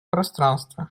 пространстве